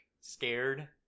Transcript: scared